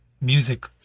music